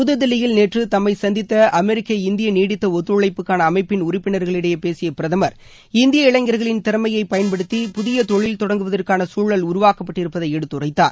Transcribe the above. புதுதில்லியில் நேற்று தம்மை சந்தித்த அமெரிக்க இந்திய நீடித்த ஒத்துழைப்புக்கான அமைப்பின் உறுப்பினர்களிடையே பேசிய பிரதமர் இந்திய இளைஞர்களின் திறமையை பயன்படுத்தி புதிய தொழில் தொடங்குவதற்கான சூழல் உருவாக்கப்பட்டிருப்பதை எடுத்துரைத்தார்